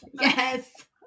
Yes